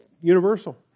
universal